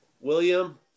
William